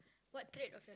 what trait of your~